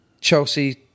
Chelsea